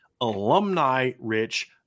alumni-rich